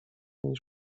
niż